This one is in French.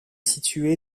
situé